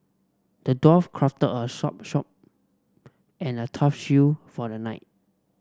the dwarf crafted a sharp sword and a tough shield for the knight